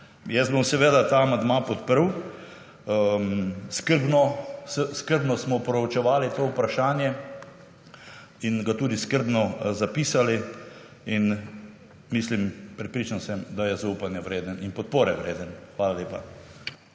Jaz bom seveda ta amandma podprl. Skrbno smo proučevali to vprašanje in ga tudi skrbno zapisali. In mislim, prepričan sem, da je zaupanja vreden in podpore vreden. Hvala lepa.